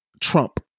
Trump